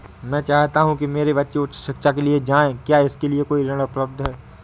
मैं चाहता हूँ कि मेरे बच्चे उच्च शिक्षा के लिए जाएं क्या इसके लिए कोई ऋण है?